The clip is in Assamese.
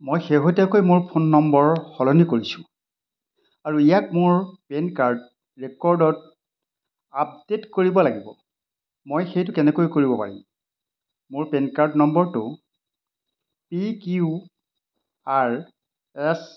মই শেহতীয়াকৈ মোৰ ফোন নম্বৰ সলনি কৰিছোঁ আৰু ইয়াক মোৰ পেন কাৰ্ড ৰেকৰ্ডত আপডে'ট কৰিব লাগিব মই সেইটো কেনেকৈ কৰিব পাৰিম মোৰ পেন কাৰ্ড নম্বৰটো পি কিউ আৰ এছ